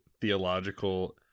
theological